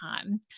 time